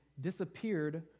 disappeared